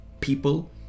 People